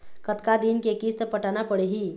कतका दिन के किस्त पटाना पड़ही?